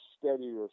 steadier